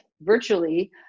virtually